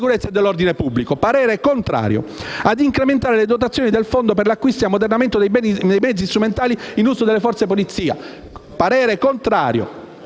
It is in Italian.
parere contrario